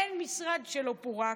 אין משרד שלא פורק.